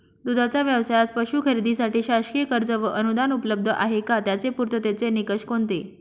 दूधाचा व्यवसायास पशू खरेदीसाठी शासकीय कर्ज व अनुदान उपलब्ध आहे का? त्याचे पूर्ततेचे निकष कोणते?